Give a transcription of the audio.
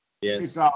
Yes